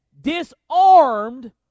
disarmed